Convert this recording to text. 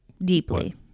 deeply